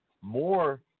more